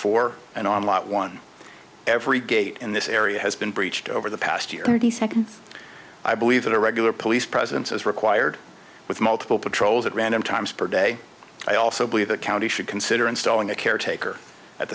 four and on lot one every gate in this area has been breached over the past year the second i believe that a regular police presence is required with multiple patrols at random times per day i also believe the county should consider installing a caretaker at